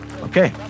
Okay